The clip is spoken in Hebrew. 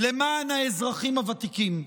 למען האזרחים הוותיקים,